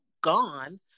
gone